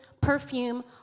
perfume